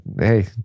Hey